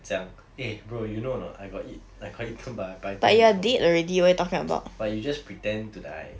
讲 eh brother you know or not I got eat I got eaten by a python before but you just pretend to die